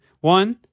One